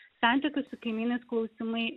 santykių su kaimynais klausimai